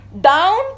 down